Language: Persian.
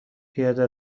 پیاده